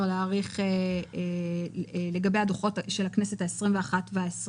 המדינה להאריך לגבי הדוחות של הכנסת ה-21 וה-22.